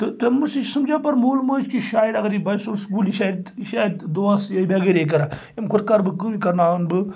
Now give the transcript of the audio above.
تہٕ تٔمِس تہِ چھُ سمجان پتہٕ مول موج یہِ چھُ شاید اگر یہِ بَچہ سوزون سکوٗل یہِ چھ شاید اتہ دۄہس بیگاری کران امہِ کھۄتہٕ کر بہٕ کٲم یہِ کرناوَن بہٕ